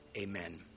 Amen